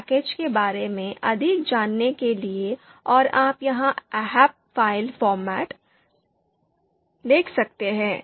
इस पैकेज के बारे में अधिक जानने के लिए और आप यहां ahp फाइल फॉर्मेट देख सकते हैं